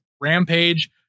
Rampage